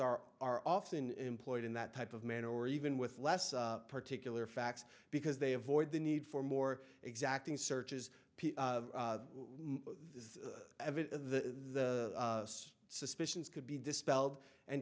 are are often employed in that type of man or even with less particular facts because they avoid the need for more exacting searches this the suspicions could be dispelled and